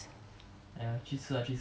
okay lor no choice